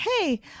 hey